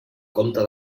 comte